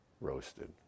roasted